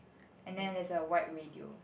and then there's a white radio